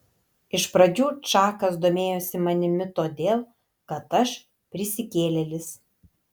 iš pradžių čakas domėjosi manimi todėl kad aš prisikėlėlis